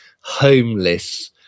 homeless